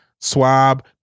swab